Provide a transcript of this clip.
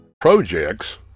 projects